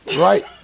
Right